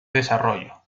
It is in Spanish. desarrollo